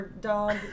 dog